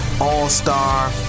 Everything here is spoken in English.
All-Star